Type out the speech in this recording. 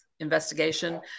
investigation